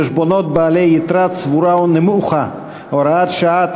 חשבונות בעלי יתרה צבורה נמוכה) (הוראת שעה),